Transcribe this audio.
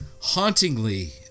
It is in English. hauntingly